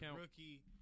rookie